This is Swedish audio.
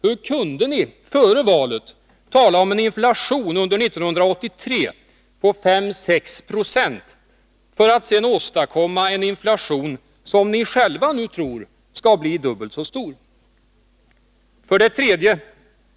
Hur kunde ni före valet tala om en inflation under 1983 på 5-6 96, för att sedan åstadkomma en inflation som ni själva nu tror skall bli dubbelt så stor? 3.